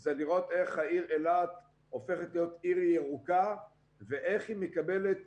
זה לראות איך העיר אילת הופכת להיות עיר ירוקה ואיך היא מקבלת